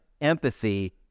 Empathy